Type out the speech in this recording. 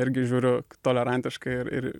irgi žiūriu tolerantiškai ir ir